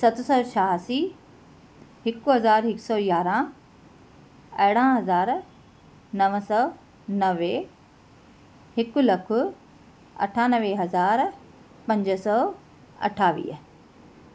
सत सौ छहासी हिकु हज़ार हिकु सौ यारहं अरिड़हं हज़ार नव सौ नवे हिकु लख अठानवे हज़ार पंज सौ अठावीह